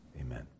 Amen